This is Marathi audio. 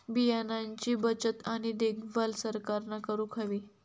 बियाणांची बचत आणि देखभाल सरकारना करूक हवी